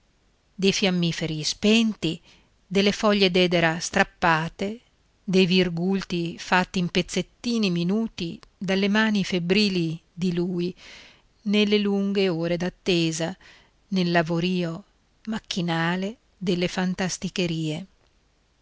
dei fiammiferi spenti delle foglie d'edera strappate dei virgulti fatti in pezzettini minuti dalle mani febbrili di lui nelle lunghe ore d'attesa nel lavorìo macchinale delle fantasticherie